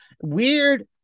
Weird